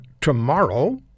tomorrow